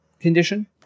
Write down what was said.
condition